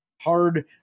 hard